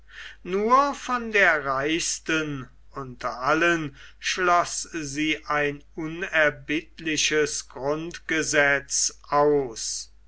nur von der reichsten unter allen schloß sie ein unerbittliches grundgesetz aus